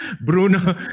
Bruno